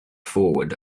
forward